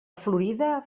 florida